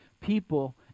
people